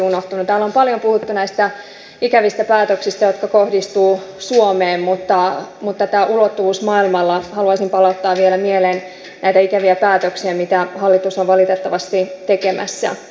täällä on paljon puhuttu näistä ikävistä päätöksistä jotka kohdistuvat suomeen mutta mitä tulee ulottuvuuteen maailmalla haluaisin palauttaa vielä mieleen näitä ikäviä päätöksiä mitä hallitus on valitettavasti tekemässä